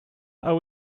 are